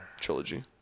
trilogy